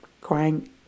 crying